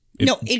no